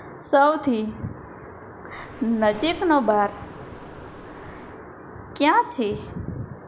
સૌથી નજીકનો બાર ક્યાં છે